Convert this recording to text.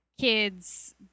kids